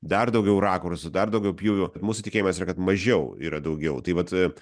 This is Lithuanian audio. dar daugiau rakursu dar daugiau pjūvių mūsų tikėjimas yra kad mažiau yra daugiau tai vat